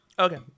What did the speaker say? Okay